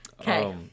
Okay